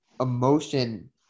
emotion